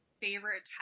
favorite